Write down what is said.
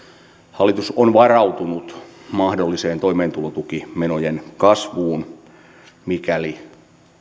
hallitus on varautunut mahdolliseen toimeentulotukimenojen kasvuun mikäli